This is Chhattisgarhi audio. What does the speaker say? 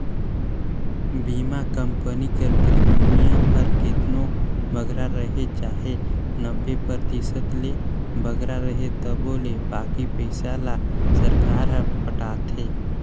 बीमा कंपनी कर प्रीमियम हर केतनो बगरा रहें चाहे नब्बे परतिसत ले बगरा रहे तबो ले बाकी पइसा ल सरकार हर पटाथे